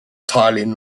tiling